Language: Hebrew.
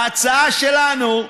ההצעה שלנו,